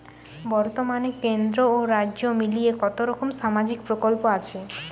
বতর্মানে কেন্দ্র ও রাজ্য মিলিয়ে কতরকম সামাজিক প্রকল্প আছে?